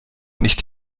nicht